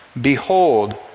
Behold